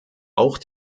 auch